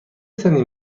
سنی